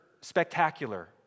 spectacular